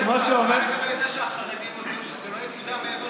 מה לגבי זה שהחרדים הודיעו שזה לא יקודם מעבר